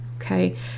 okay